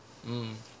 mm